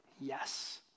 yes